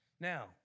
Now